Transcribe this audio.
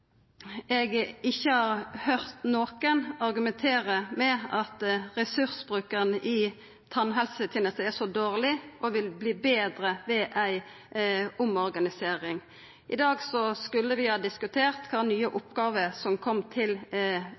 Eg har ikkje høyrt nokon argumentera med at ressursbruken i tannhelsetenesta er dårleg, og at han vil verta betre ved ei omorganisering. I dag skulle vi ha diskutert kva nye oppgåver som kom til